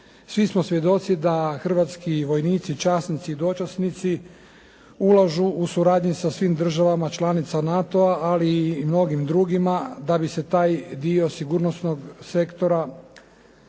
Svi smo svjedoci da hrvatski vojnici, časnici, dočasnici ulažu u suradnji sa svim državama članicama NATO-a, ali i mnogim drugima da bi se taj dio sigurnosnog sektora